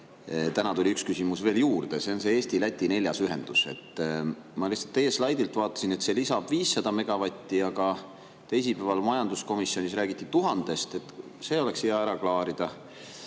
Täna tuli üks küsimus veel juurde, see on Eesti-Läti neljas ühendus. Ma lihtsalt teie slaidilt vaatasin, et see lisab 500 megavatti, aga teisipäeval majanduskomisjonis räägiti 1000-st. See oleks hea ära klaarida.